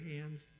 hands